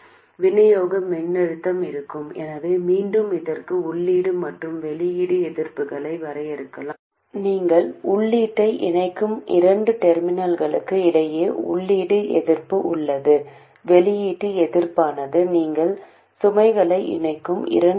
எனவே நீங்கள் செய்ய வேண்டியதெல்லாம் இந்த மின்சுற்றின் வெளியீட்டு எதிர்ப்பைக் கணக்கிடுவது மற்றும் C2 அதன் எதிர்வினைRL Rout அல்லது C2 மொத்த எதிர்ப்பை விட 1 0C2 மொத்த எதிர்ப்பை விட மிகச் சிறியது என்பதை உறுதிப்படுத்தவும்